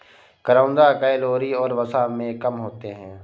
करौंदा कैलोरी और वसा में कम होते हैं